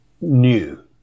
new